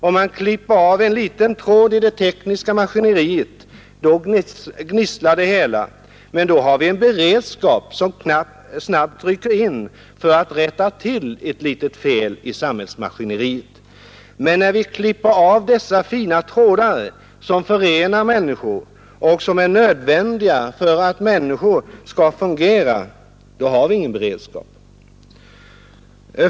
Om man klipper av en liten tråd i det tekniska maskineriet gnisslar det hela, men då har vi en beredskap som snabbt rycker in för att rätta till ett litet fel i samhällsmaskineriet. När vi klipper av dessa fina trådar som förenar människor och som är nödvändiga för att människor skall fungera finns det däremot ingen beredskap.